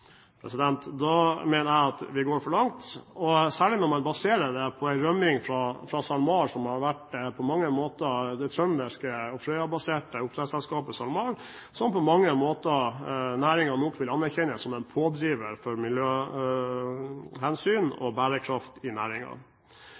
mener jeg at vi går for langt, og særlig når man baserer det på en rømming fra SalMar. Det trønderske, Frøya-baserte oppdrettsselskapet SalMar vil nok næringen på mange måter anerkjenne som en pådriver for miljøhensyn og